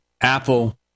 Apple